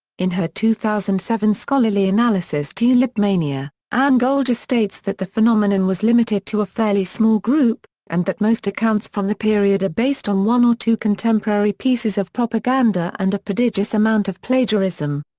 in her two thousand and seven scholarly analysis tulipmania, anne goldgar states that the phenomenon was limited to a fairly small group, and that most accounts from the period are based on one or two contemporary pieces of propaganda and a prodigious amount of plagiarism.